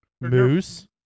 Moose